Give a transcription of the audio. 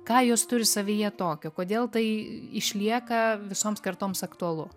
ką jos turi savyje tokio kodėl tai išlieka visoms kartoms aktualu